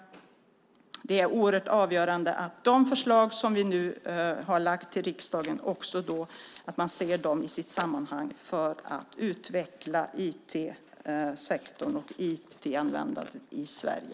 Det är oerhört avgörande att de förslag som vi nu har lagt fram till riksdagen ses i sitt sammanhang för att utveckla IT-sektorn och IT-användandet i Sverige.